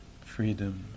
freedom